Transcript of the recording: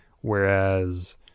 Whereas